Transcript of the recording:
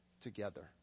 together